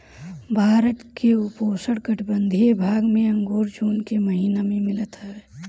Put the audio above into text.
भारत के उपोष्णकटिबंधीय भाग में अंगूर जून के महिना में मिलत हवे